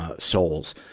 ah souls.